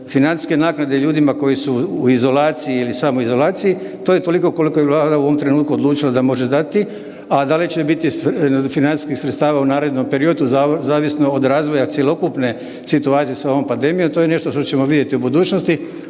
financijske naknade ljudima koji su u izolaciji ili samoizolaciji to je toliko koliko je Vlada u ovom trenutku odlučila da može dati, a da li će biti financijskih sredstava u narednom periodu zavisno od razvoja cjelokupne situacije sa ovom pandemijom to je nešto što ćemo vidjeti u budućnosti